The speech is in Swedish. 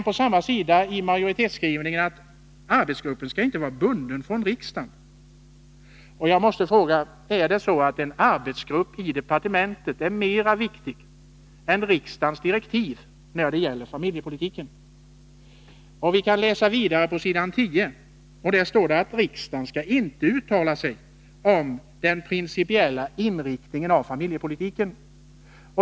På samma sida säger utskottsmajoriteten att arbetsgruppen inte skall vara bunden av uttalanden från riksdagens sida. Jag måste fråga: Är ställningstaganden av en arbetsgrupp inom departementet mera viktiga än riksdagens direktiv när det gäller familjepolitiken? Vi kan läsa vidare på s. 10, där det står att man inte anser att riksdagen skall uttala sig om den principiella inriktningen av familjepolitiken.